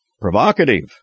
Provocative